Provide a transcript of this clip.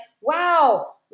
wow